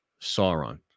Sauron